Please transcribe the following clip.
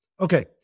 Okay